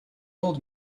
old